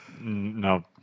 No